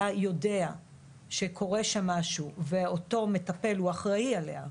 יודע שקורה שם משהו ואותו המטפל הוא האחראי עליה,